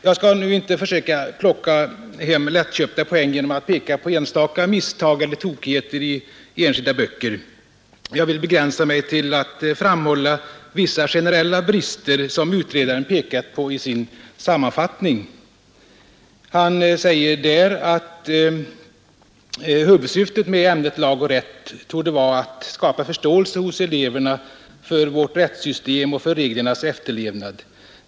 Jag skall inte försöka plocka hem lättköpta poäng genom att peka på enstaka misstag eller tokigheter i enskilda böcker. Jag vill begränsa mig till att framhålla vissa generella brister som utredaren pekar på i sin sammanfattning. Han säger där: ”Huvudsyftet med ämnet Lag och rätt torde vara att skapa förståelse hos eleverna för vårt rättssystem och för reglernas efterlevnad.